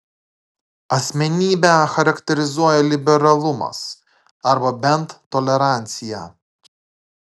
asmenybę charakterizuoja liberalumas arba bent tolerancija